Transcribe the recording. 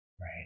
right